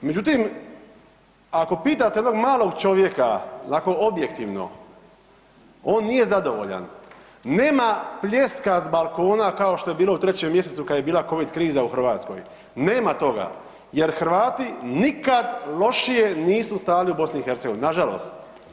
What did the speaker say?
Međutim, ako pitate jednog malog čovjeka onako objektivno on nije zadovoljan, nema pljeska s balkona kao što je bilo u 3. mjesecu kad je bila covid kriza u Hrvatskoj, nema toga jer Hrvati nikad lošije nisu stajali u BiH, nažalost.